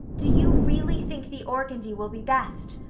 do you really think the organdy will be best?